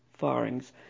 Firings